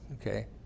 Okay